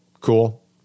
Cool